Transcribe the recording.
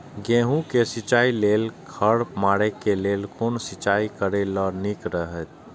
गेहूँ के सिंचाई लेल खर मारे के लेल कोन सिंचाई करे ल नीक रहैत?